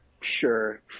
Sure